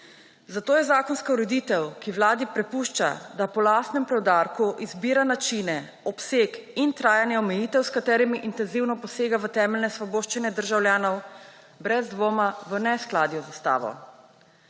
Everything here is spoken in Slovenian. Zato je zakonska ureditev, ki Vladi prepušča, da po lastnem preudarku izbira načine, obseg in trajanje omejitev, s katerimi intenzivno posega v temeljne svoboščine državljanov, brez dvoma v neskladju z ustavo.